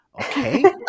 okay